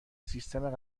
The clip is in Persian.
سیستم